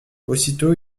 aussitôt